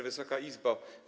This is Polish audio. Wysoka Izbo!